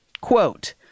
quote